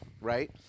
Right